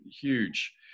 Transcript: huge